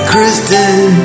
Kristen